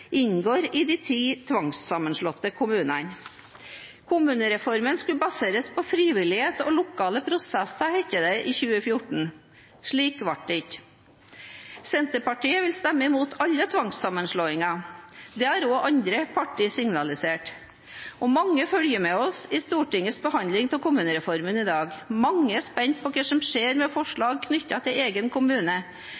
inngår i de ti tvangssammenslåtte kommunene. Kommunereformen skulle baseres på frivillighet og lokale prosesser, het det i 2014. Slik ble det ikke. Senterpartiet vil stemme imot alle tvangssammenslåinger. Det har også andre partier signalisert. Mange følger med oss i Stortingets behandling av kommunereformen i dag. Mange er spente på hva som skjer med